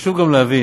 חשוב גם להבין,